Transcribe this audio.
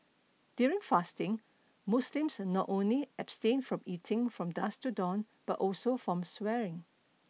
during fasting Muslims not only abstain from eating from dusk to dawn but also from swearing